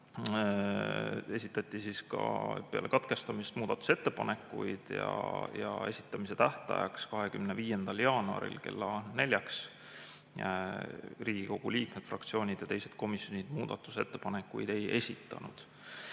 esitati ka peale katkestamist muudatusettepanekuid ja esitamise tähtajaks, 25. jaanuariks kella neljaks Riigikogu liikmed, fraktsioonid ja teised komisjonid muudatusettepanekuid ei esitanud.